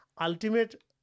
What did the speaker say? Ultimate